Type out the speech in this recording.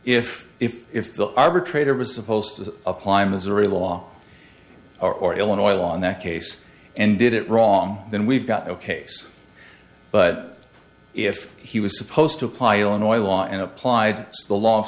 if if if the arbitrator was supposed to apply missouri law or illinois law in that case and did it wrong then we've got the case but if he was supposed to apply illinois law and applied the law